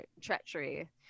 treachery